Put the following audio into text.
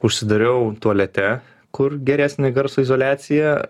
užsidariau tualete kur geresnė garso izoliacija